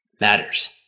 matters